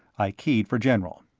i keyed for general.